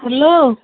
hello